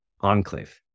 enclave